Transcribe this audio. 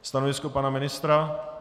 Stanovisko pana ministra?